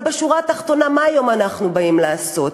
אבל בשורה התחתונה, מה היום אנחנו באים לעשות?